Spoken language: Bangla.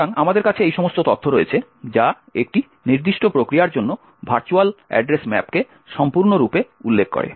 সুতরাং আমাদের কাছে এই সমস্ত তথ্য রয়েছে যা একটি নির্দিষ্ট প্রক্রিয়ার জন্য ভার্চুয়াল ঠিকানার ম্যাপকে সম্পূর্ণরূপে উল্লেখ করে